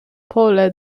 pole